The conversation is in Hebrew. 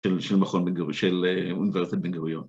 ‫של אוניברסיטת בן גוריון